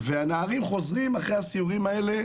והנערים והנערות חוזרים אחרי הסיורים האלה